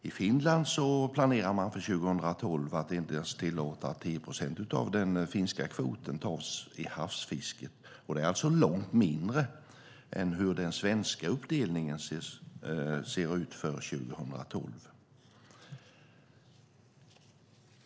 I Finland planerar man för 2012 att inte ens tillåta 10 procent av den finska kvoten torsk i havsfisket, och det är alltså långt mindre än hur den svenska uppdelningen ser ut för 2012.